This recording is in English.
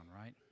right